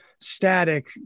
static